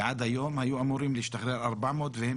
ועד היום היו אמורים להשתחרר 400 והם